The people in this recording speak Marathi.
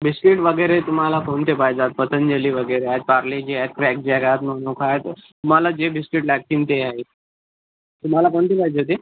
बिस्कीट वगैरे तुम्हाला कोणते पाहिजेत पतंजली वगैरे आहेत पारले जी आहेत क्रॅकजॅक आहेत मनोका आहेत तुम्हाला जे बिस्कीट लागतील ते आहे तुम्हाला कोणती पाहिजे होती